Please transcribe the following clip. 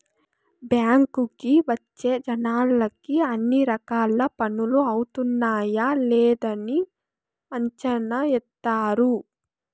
బ్యాంకుకి వచ్చే జనాలకి అన్ని రకాల పనులు అవుతున్నాయా లేదని అంచనా ఏత్తారు